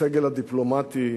הסגל הדיפלומטי,